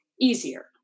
easier